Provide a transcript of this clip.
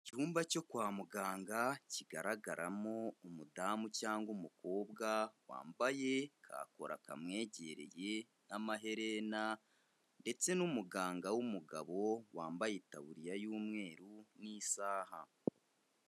Icyumba cyo kwa muganga, kigaragaramo umudamu cyangwa umukobwa, wambaye ka kora kamwegereye n'amaherena ndetse n'umuganga w'umugabo, wambaye itaburiya y'umweru n'isaha.